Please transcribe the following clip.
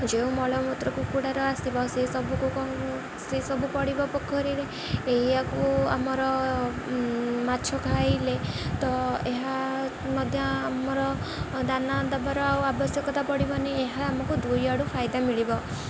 ଯେଉଁ ମଳମୂତ୍ର କୁକୁଡ଼ାର ଆସିବ ସେସବୁକୁ ସେସବୁ ପଡ଼ିବ ପୋଖରୀରେ ଏହାକୁ ଆମର ମାଛ ଖାଇଲେ ତ ଏହା ମଧ୍ୟ ଆମର ଦାନା ଦେବାର ଆଉ ଆବଶ୍ୟକତା ପଡ଼ିବନି ଏହା ଆମକୁ ଦୁଇ ଆଡ଼ୁ ଫାଇଦା ମିଳିବ